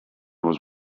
was